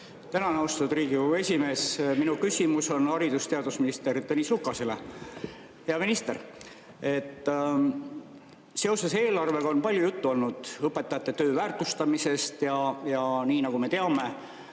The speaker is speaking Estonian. Tänan, austatud Riigikogu esimees! Minu küsimus on haridus‑ ja teadusminister Tõnis Lukasele. Hea minister! Seoses eelarvega on palju juttu olnud õpetajate töö väärtustamisest. Nagu me teame,